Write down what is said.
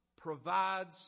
provides